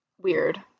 weird